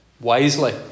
wisely